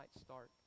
start